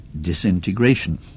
disintegration